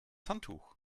handtuch